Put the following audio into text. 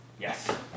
Yes